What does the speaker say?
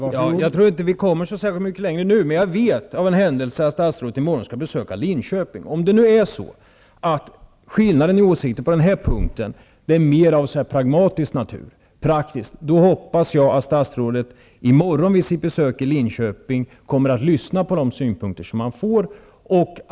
Herr talman! Jag tror inte att vi kommer särskilt mycket längre i vårt resonemang. Av en händelse vet jag att statsrådet skall besöka Linköping i morgon. Om skillnaden i åsikter på den här punkten i praktiken mera är av pragmatisk natur, hoppas jag att statsrådet i morgon vid sitt besök i Linköping lyssnar på de synpunkter som där förs fram.